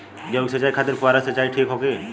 गेहूँ के सिंचाई खातिर फुहारा सिंचाई ठीक होखि?